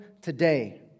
today